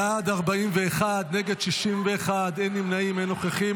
בעד, 41, נגד, 61, אין נמנעים, אין נוכחים.